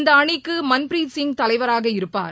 இந்த அணிக்கு மன்பிரித்சிங் தலைவராக இருப்பார்